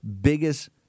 biggest